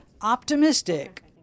optimistic